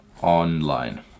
online